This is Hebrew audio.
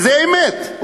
וזה אמת.